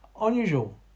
Unusual